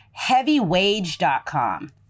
heavywage.com